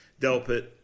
Delpit